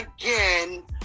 again